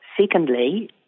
Secondly